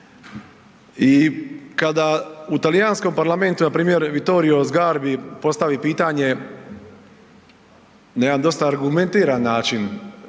i kada u Talijanskom parlamentu, npr. Vittorio Sgarbi postavi pitanje na jedan dosta argumentiran način,